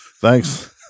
thanks